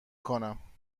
کنم